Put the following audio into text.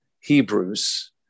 Hebrews